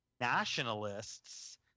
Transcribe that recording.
nationalists